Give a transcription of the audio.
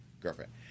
girlfriend